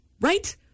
right